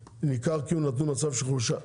ניכר כי הוא נתון במצב של חולשה,